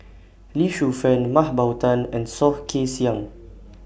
Lee Shu Fen Mah Bow Tan and Soh Kay Siang